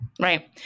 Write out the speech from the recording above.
Right